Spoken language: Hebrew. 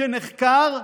שנחקר,